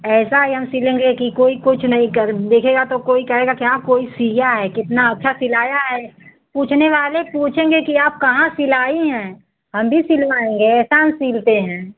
ऐसा ही हम सिलेंगे कि कोई कुछ नहीं कर देखेगा तो कोई कहेगा कि हाँ कोई सिया है कितना अच्छा सिलाया है पूछने वाले पूछेंगे कि आप कहाँ सिलाई हैं हम भी सिलवाएँगे ऐसा हम सिलते हैं